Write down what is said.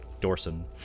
Dorson